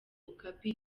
okapi